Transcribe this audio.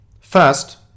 First